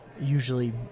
usually